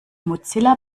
mozilla